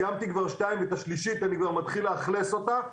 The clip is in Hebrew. סיימתי כבר שתיים והשלישית אני כבר מתחיל לאכלס אותה.